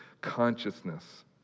consciousness